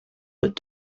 but